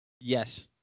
Yes